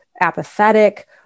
apathetic